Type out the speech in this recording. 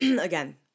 again